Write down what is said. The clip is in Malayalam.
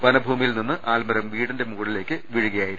വനഭൂ മിയിൽ നിന്ന് ആൽമരം വീടിന്റെ മുകളിലേയ്ക്ക് വീഴു കയായിരുന്നു